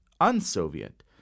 un-Soviet